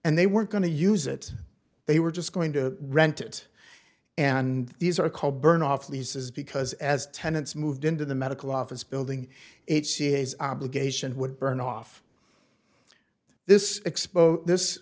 and they weren't going to use it they were just going to rent it and these are called burn off leases because as tenants moved into the medical office building it c s obligation would burn off this